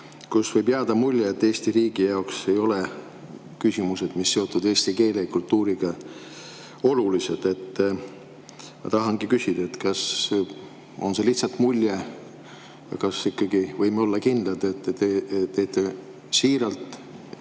Võib jääda mulje, et Eesti riigi jaoks ei ole küsimused, mis on seotud eesti keele ja kultuuriga, olulised. Ma tahangi küsida, kas see on lihtsalt mulje. Kas me ikkagi võime olla kindlad, et te teete siiralt